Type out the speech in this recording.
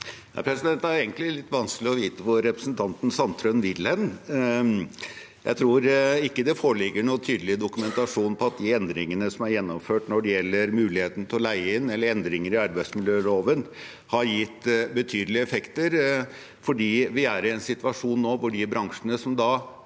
Det er egentlig litt vanskelig å vite hvor representanten Sandtrøen vil hen. Jeg tror ikke det foreligger noe tydelig dokumentasjon på at de endringene som er gjennomført når det gjelder muligheten til å leie inn, eller endringene i arbeidsmiljøloven, har gitt betydelige effekter, for vi er i en situasjon nå hvor de bransjene som